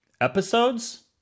Episodes